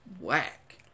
whack